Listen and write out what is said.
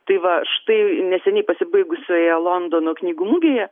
tai va štai neseniai pasibaigusioje londono knygų mugėje